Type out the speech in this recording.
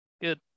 Good